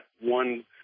one